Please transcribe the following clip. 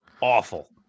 awful